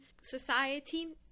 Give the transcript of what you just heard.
society